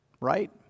Right